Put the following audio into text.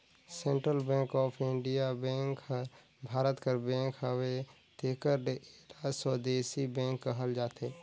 central bank of India bank हर भारत कर bank हवे तेकर ले एला स्वदेसी बेंक कहल जाथे